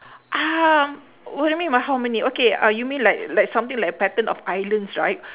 ah what you mean by how many okay you mean like like something like pattern of islands right